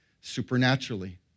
supernaturally